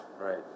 Right